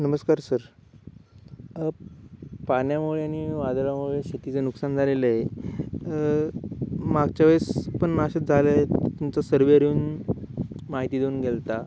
नमस्कार सर पाण्यामुळे आणि वादळामुळे शेतीचं नुकसान झालेलं आहे मागच्या वेळेस पण असंच झालं आहे तुमचा सर्वेयर येऊन माहिती देऊन गेला होता